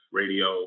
radio